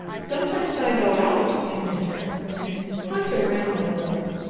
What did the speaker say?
sometimes i go out in winter and hunt around a little.